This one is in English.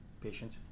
patient